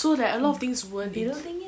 so like a lot of things weren't in